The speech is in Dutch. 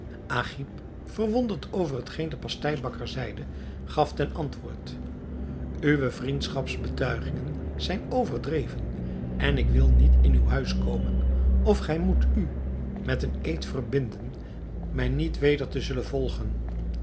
verwonderd over hetgeen de pasteibakker zeide gaf ten antwoord uwe vriendschaps betuigingen zijn overdreven en ik wil niet in uw huis komen of gij moet u met een eed verbinden mij niet weder te zullen volgen